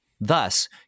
Thus